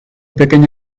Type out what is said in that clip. pequeña